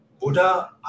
Buddha